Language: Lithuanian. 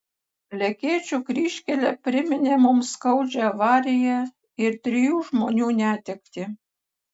lekėčių kryžkelė priminė mums skaudžią avariją ir trijų žmonių netektį